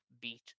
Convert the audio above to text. beat